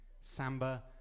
samba